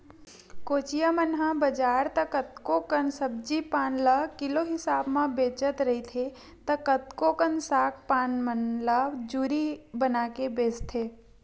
कोचिया मन ह बजार त कतको कन सब्जी पान ल किलो हिसाब म बेचत रहिथे त कतको कन साग पान मन ल जूरी बनाके बेंचथे